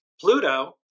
Pluto